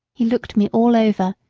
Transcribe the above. he looked me all over,